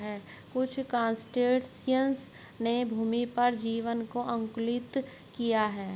कुछ क्रस्टेशियंस ने भूमि पर जीवन को अनुकूलित किया है